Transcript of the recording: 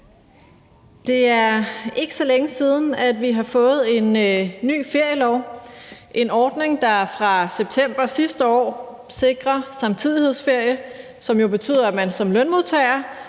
Det er ikke så længe siden, at vi har fået en ny ferielov, en ordning, der fra september sidste år har sikret samtidighedsferie, som jo betyder, at man som lønmodtager